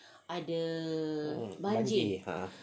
banjir ah